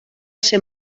ser